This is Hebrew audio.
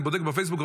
אני בודק בפייסבוק,